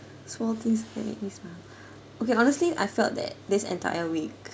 small things that make you smile okay honestly I felt that this entire week